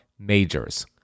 majors